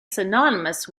synonymous